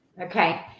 Okay